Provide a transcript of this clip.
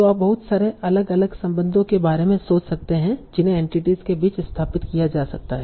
तो आप बहुत सारे अलग अलग संबंधों के बारे में सोच सकते हैं जिन्हें एंटिटीस के बीच स्थापित किया जा सकता है